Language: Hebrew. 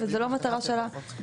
וזה לא מטרה שלה.